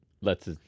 lets